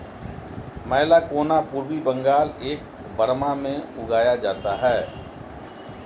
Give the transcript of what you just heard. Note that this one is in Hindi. मैलाकोना पूर्वी बंगाल एवं बर्मा में उगाया जाता है